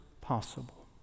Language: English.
possible